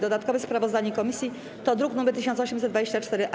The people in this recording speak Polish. Dodatkowe sprawozdanie komisji to druk nr 1824-A.